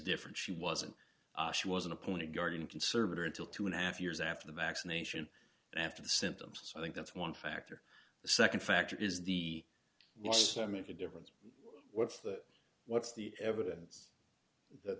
different she wasn't she wasn't appointed guardian conservator until two and a half years after the vaccination and after the symptoms i think that's one factor the nd factor is the last segment the difference what's the what's the evidence that